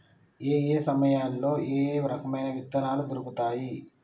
ఏయే సమయాల్లో ఏయే రకమైన విత్తనాలు దొరుకుతాయి?